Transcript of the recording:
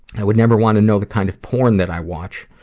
i would never want to know the kind of porn that i watch.